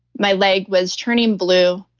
my leg was turning blue.